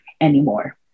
anymore